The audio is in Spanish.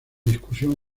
discusión